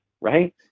right